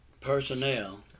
personnel